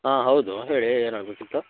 ಆಂ ಹೌದು ಹೇಳಿ ಏನಾಗಬೇಕಿತ್ತು